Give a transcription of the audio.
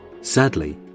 Sadly